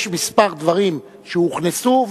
יש כמה דברים שהוכנסו,